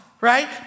Right